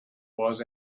was